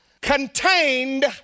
contained